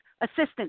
assistant